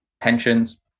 pensions